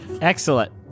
Excellent